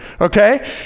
Okay